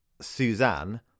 Suzanne